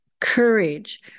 courage